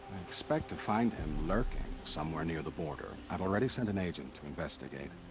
expect to find him lurking. somewhere near the border. i've already sent an agent to investigate.